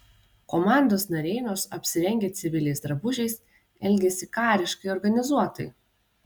komandos nariai nors apsirengę civiliais drabužiais elgėsi kariškai organizuotai